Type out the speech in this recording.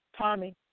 Tommy